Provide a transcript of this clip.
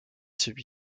celui